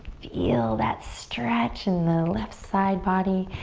feel that stretch in the left side body,